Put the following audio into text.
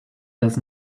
does